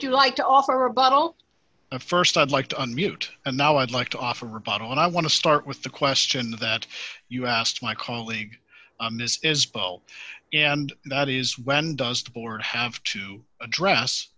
you like to offer a bottle of st i'd like to on mute and now i'd like to offer rebuttal and i want to start with the question that you asked my colleague miss as well and that is when does the board have to address